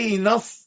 enough